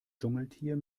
dschungeltier